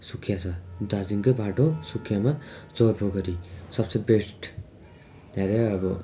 सुखिया छ दार्जिलिङकै बाटो सुखियामा जोरपोखरी सबसे बेस्ट त्यहाँ चाहिँ अब